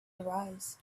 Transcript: arise